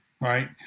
right